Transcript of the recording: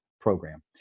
program